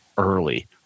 Early